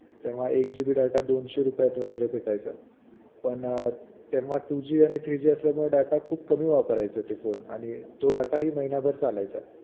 तेव्हा एक G B data दोनशे रुपयात वगैरे भेटायचा पण तेव्हा टू जी आणि थ्री जी असल्यामुळे डाटा खूप कमी वापरायचा ते फोन आणि तो डाटाही महिनाभर चालायचा